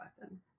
button